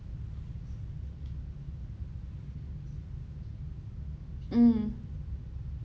mm